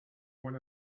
one